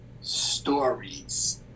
Stories